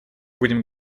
будем